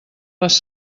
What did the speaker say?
les